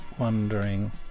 Wondering